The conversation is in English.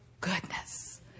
goodness